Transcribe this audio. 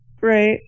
Right